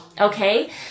Okay